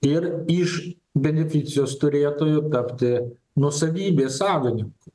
ir iš beneficijos turėtojų tapti nuosavybės savininku